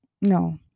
No